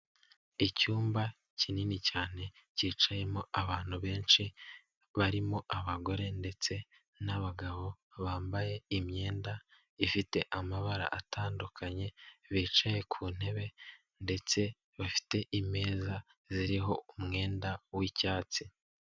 Icyumba kinini cyane cyicayemo abantu benshi barimo abagore ndetse n'abagabo, bambaye imyenda ifite amabara atandukanye, bicaye ku ntebe ndetse bafite imeza ziriho umwenda w'icyatsi.